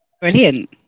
Brilliant